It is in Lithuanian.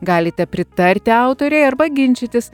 galite pritarti autorei arba ginčytis